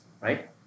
right